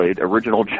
original